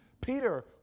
Peter